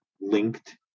linked